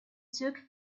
took